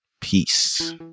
Peace